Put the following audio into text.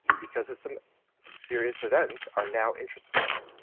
because there's some serious events are now interested in it.